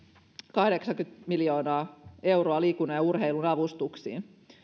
kahdeksankymmentä miljoonaa euroa liikunnan ja urheilun avustuksiin